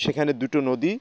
সেখানে দুটো নদী